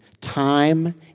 time